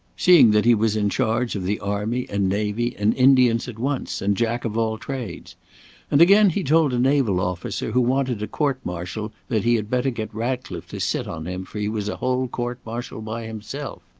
seeing that he was in charge of the army and navy and indians at once, and jack of all trades and again he told a naval officer who wanted a court-martial that he had better get ratcliffe to sit on him for he was a whole court-martial by himself.